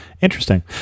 Interesting